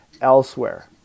elsewhere